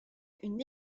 une